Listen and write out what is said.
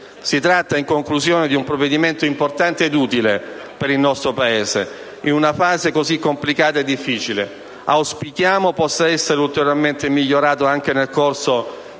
Si tratta, in conclusione, di un provvedimento importante e utile per il Paese in una fase così complicata e difficile. Auspichiamo possa essere ulteriormente migliorato anche nel corso di